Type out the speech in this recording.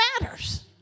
matters